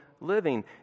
living